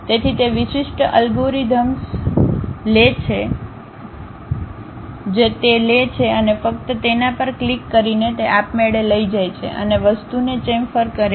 તેથી તે વિશિષ્ટ અલ્ગોરિધમ્સ લે છે જે તે લે છે અને ફક્ત તેના પર ક્લિક કરીને તે આપમેળે લઈ જાય છે અને વસ્તુને ચેમ્ફર કરે છે